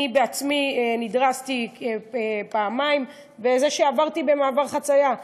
אני עצמי נדרסתי פעמיים, וזה כשעברתי במעבר חציה.